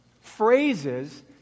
phrases